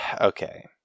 Okay